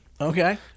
okay